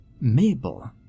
Mabel